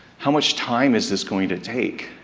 how much time is this going to take,